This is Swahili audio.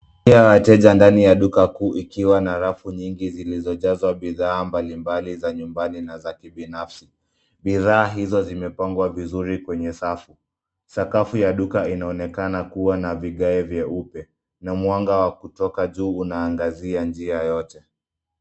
Njia ya wateja ndani ya duka kuu ikiwa na rafu nyingi zilizojazwa bidhaa mbali mbali za nyumbani na za kibinafsi. Bidhaa hizo zimepangwa vizuri kwenye safu. Sakafu ya duka inaonekana kua na vigae vyeupe, na mwanga wa kutoka juu unaangazia njia yote.